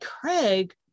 craig